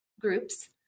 groups